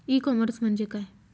E commerce म्हणजे काय?